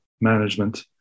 management